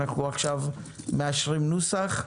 אנחנו עכשיו מאשרים נוסח.